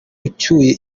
ucyuye